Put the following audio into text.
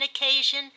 occasion